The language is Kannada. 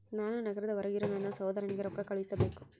ನಾನು ನಗರದ ಹೊರಗಿರೋ ನನ್ನ ಸಹೋದರನಿಗೆ ರೊಕ್ಕ ಕಳುಹಿಸಬೇಕು